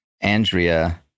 Andrea